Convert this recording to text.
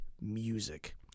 music